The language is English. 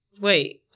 wait